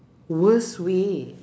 worst way